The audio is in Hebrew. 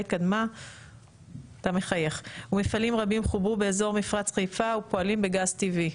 התקדמה ומפעלים רבים חוברו באזור מפרץ חיפה ופועלים בגז טבעי.